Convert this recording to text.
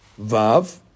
Vav